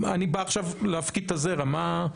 אני בא עכשיו להפקיד את הזרע, מה?